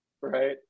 Right